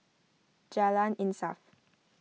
Jalan Insaf